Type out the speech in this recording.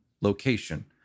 Location